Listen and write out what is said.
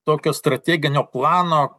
tokio strateginio plano